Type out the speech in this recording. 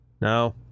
No